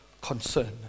concern